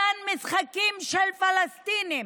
גן משחקים של פלסטינים,